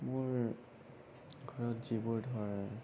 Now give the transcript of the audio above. মোৰ ঘৰত যিবোৰ ধৰ